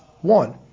One